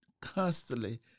Constantly